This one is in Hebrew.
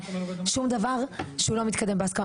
שום דבר שהוא לא מתקדם בהסכמה.